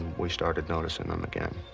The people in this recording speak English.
we started noticing them again.